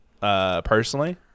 personally